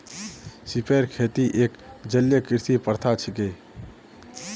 सिपेर खेती एक जलीय कृषि प्रथा छिके